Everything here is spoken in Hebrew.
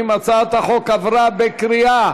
ההצעה להעביר את הצעת חוק הכרה ברישיונות מקצועיים